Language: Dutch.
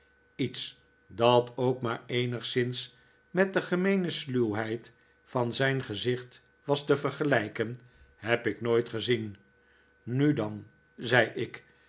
lets dat ook maar eenigszins met de gemeene sluwheid van zijn gezicht was te vergelijken heb ik nooit gezien nu dan zei ik